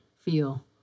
feel